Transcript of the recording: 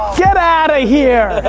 yeah outta here!